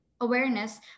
awareness